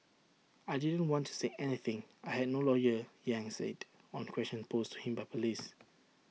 I didn't want to say anything I had no lawyer yang said on questions posed to him by Police